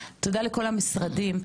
תודה לכל המשרדים,